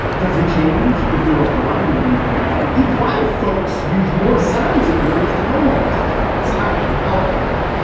does it change if you are blind and read braille to blind folks, use more sounds and words to learn them? i love that. see, i am compelled by that.